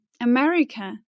America